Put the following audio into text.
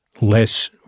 less